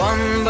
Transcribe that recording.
One